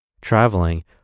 Traveling